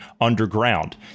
underground